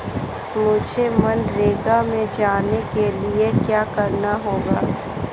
मुझे मनरेगा में जाने के लिए क्या करना होगा?